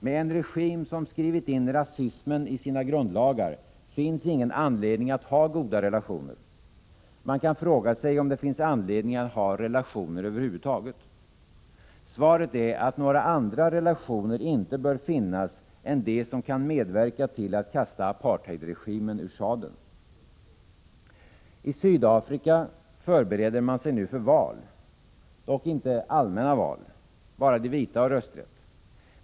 Med en regim som skrivit in rasismen i sina grundlagar finns ingen anledning att ha goda relationer. Man kan fråga sig om det finns anledning att ha relationer alls. Svaret är att några andra relationer inte bör finnas än de som kan medverka till att kasta apartheidregimen ur sadeln. I Sydafrika förbereder man sig nu för val. Dock inte allmänna val. Bara de vita har rösträtt.